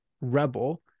rebel